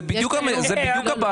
זה בדיוק הבעיה.